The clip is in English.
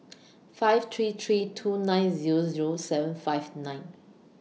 five three three two nine Zero Zero seven five nine